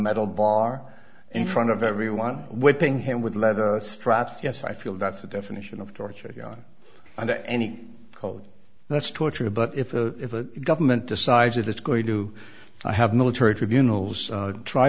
metal bar in front of everyone whipping him with leather straps yes i feel that's the definition of torture under any code that's torture but if the government decides that it's going to have military tribunals